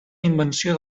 invenció